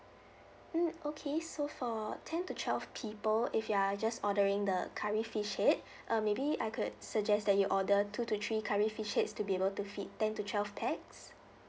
mm okay so for ten to twelve people if you are just ordering the curry fish head uh maybe I could suggest that you order two to three curry fish heads to be able to feed ten to twelve pax